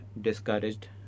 discouraged